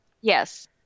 yes